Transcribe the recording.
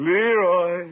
Leroy